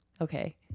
Okay